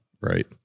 right